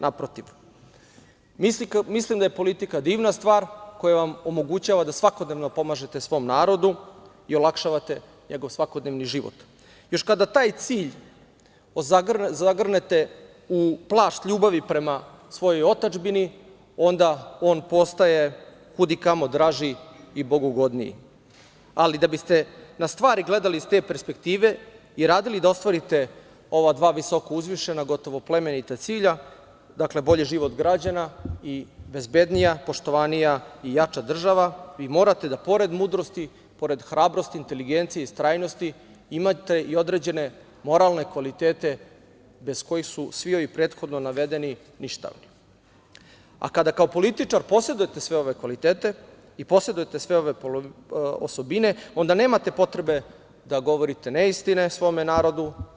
Naprotiv, mislim da je politika divna stvar koja vam omogućava da svakodnevno pomažete svom narodu i olakšavate njegov svakodnevni život, još kada taj cilj zagrnete u plašt ljubavi prema svojoj otadžbini, onda on postaje kud i kamo draži i bogugodniji, ali da biste na stvari gledali iz te perspektive i radili da ostvarite ova dva visoko uzvišena gotovo plemenita cilja, dakle, bolji život građana i bezbednija, poštovanija i jača država, vi morate da, pored mudrosti, pored hrabrosti, inteligencije i istrajnosti, imati i određene moralne kvalitete bez kojih su svi ovi prethodno navedeni ništavni, a kada kao političar posedujete sve ove kvalitete i posedujete sve ove osobine, onda nemate potrebe da govorite neistine svome narodu.